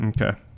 okay